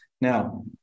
Now